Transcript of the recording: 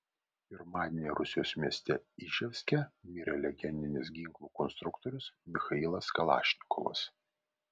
pirmadienį rusijos mieste iževske mirė legendinis ginklų konstruktorius michailas kalašnikovas